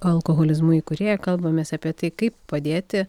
alkoholizmu įkūrėja kalbamės apie tai kaip padėti